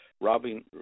Robin